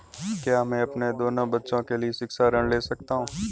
क्या मैं अपने दोनों बच्चों के लिए शिक्षा ऋण ले सकता हूँ?